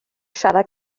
siarad